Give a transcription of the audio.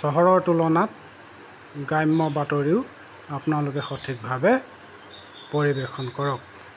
চহৰৰ তুলনাত গ্ৰাম্য বাতৰিও আপোনালোকে সঠিকভাৱে পৰিৱেশন কৰক